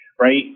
right